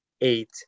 eight